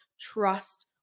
trust